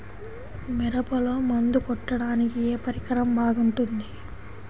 మిరపలో మందు కొట్టాడానికి ఏ పరికరం బాగుంటుంది?